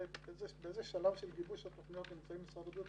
באיזה שלב של גיבוש התוכניות נמצא משרד הבריאות,